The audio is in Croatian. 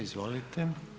Izvolite.